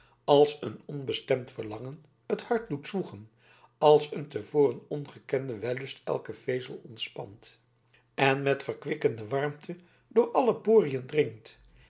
als een onbestemd verlangen het hart doet zwoegen als een te voren ongekende wellust elken vezel ontspant en met verkwikkende warmte door alle poriën dringt